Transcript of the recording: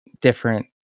different